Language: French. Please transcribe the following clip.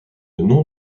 nom